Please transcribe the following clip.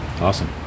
awesome